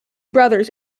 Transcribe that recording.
brothers